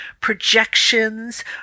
projections